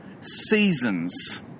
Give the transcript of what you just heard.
seasons